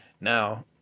Now